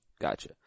Gotcha